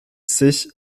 sich